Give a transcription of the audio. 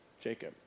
Jacob